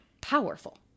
powerful